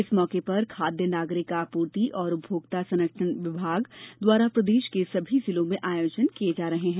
इस मौके पर खादय नागरिक आपूर्ति और उपभोक्ता संरक्षण विभाग द्वारा प्रदेष के सभी जिलों में आयोजन किये जा रहे हैं